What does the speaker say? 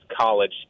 college